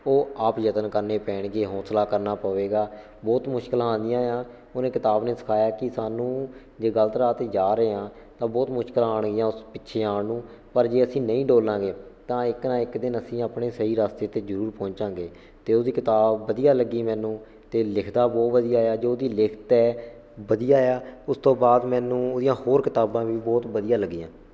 ਉਹ ਆਪ ਯਤਨ ਕਰਨੇ ਪੈਣਗੇ ਹੌਸਲਾ ਕਰਨਾ ਪਵੇਗਾ ਬਹੁਤ ਮੁਸ਼ਕਿਲਾਂ ਆਉਂਦੀਆਂ ਆ ਉਹਨੇ ਕਿਤਾਬ ਨੇ ਸਿਖਾਇਆ ਕਿ ਸਾਨੂੰ ਜੇ ਗਲਤ ਰਾਹ 'ਤੇ ਜਾ ਰਹੇ ਹਾਂ ਤਾਂ ਬਹੁਤ ਮੁਸ਼ਕਿਲਾਂ ਆਉਣਗੀਆਂ ਉਸ ਪਿੱਛੇ ਆਉਣ ਨੂੰ ਪਰ ਜੇ ਅਸੀਂ ਨਹੀਂ ਡੋਲਾਂਗੇ ਤਾਂ ਇੱਕ ਨਾ ਇੱਕ ਦਿਨ ਅਸੀਂ ਆਪਣੇ ਸਹੀ ਰਸਤੇ 'ਤੇ ਜ਼ਰੂਰ ਪਹੁੰਚਾਂਗੇ ਅਤੇ ਉਹਦੀ ਕਿਤਾਬ ਵਧੀਆ ਲੱਗੀ ਮੈਨੂੰ ਅਤੇ ਲਿਖਦਾ ਬਹੁਤ ਵਧੀਆ ਆ ਜੋ ਉਹਦੀ ਲਿਖਤ ਹੈ ਵਧੀਆ ਆ ਉਸ ਤੋਂ ਬਾਅਦ ਮੈਨੂੰ ਉਹਦੀਆਂ ਹੋਰ ਕਿਤਾਬਾਂ ਵੀ ਬਹੁਤ ਵਧੀਆ ਲੱਗੀਆਂ